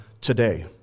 today